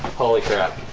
holy crap